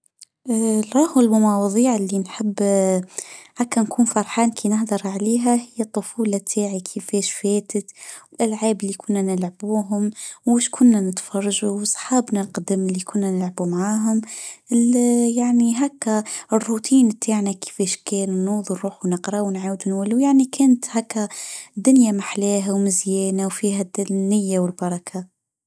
راهو بالمواظيع إللي نحب هكا نكون فرحان كينهدر عليها ؛ هي الطفوله تاعي كيفش فاتت العاب إللي كنا نلعبوهم وشكنا نتفرجوا وصحابنا القدام إللي كنا نلعب معاهم اللي يعني هكا الروتين بتاعنا كيفاش كان ننظر نروح ونقراءه ونعوده يعني كنت هكا الدنيا ماحلاها ومزيانه وفيها الدنيه والبركه.